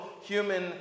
human